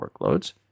workloads